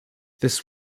this